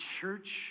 church